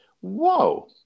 Whoa